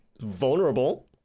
vulnerable